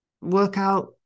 workout